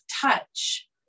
touch